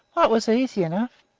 why, it was easy enough.